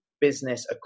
business